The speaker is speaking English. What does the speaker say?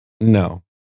No